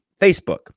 Facebook